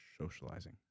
socializing